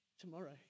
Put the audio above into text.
tomorrow